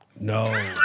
No